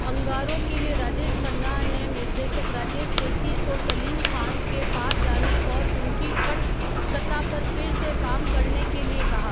अंगारों के लिए राजेश खन्ना ने निर्देशक राजेश सेट्टी को सलीम खान के पास जाने और उनकी पट कथा पर फिर से काम करने के लिए कहा